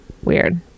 Weird